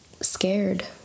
scared